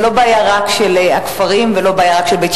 לעומת כ-120 דולר בלבד ופחות מכך בחודש עבודה במצרים או במדינת מוצאו.